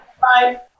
Bye